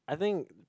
I think